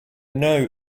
know